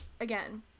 again